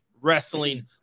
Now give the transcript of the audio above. wrestling